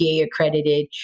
accredited